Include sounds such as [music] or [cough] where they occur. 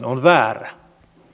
[unintelligible] on väärä